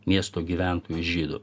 miesto gyventojų žydų